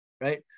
Right